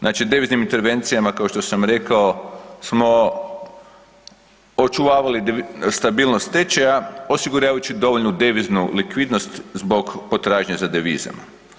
Znači deviznim intervencijama kao što sam rekao smo očuvavali stabilnost tečaja, osiguravajući dovoljnu deviznu likvidnost zbog potražnje za devizama.